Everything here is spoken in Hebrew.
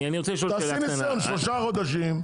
אני רוצה לשאול --- תעשי שלושה חודשים,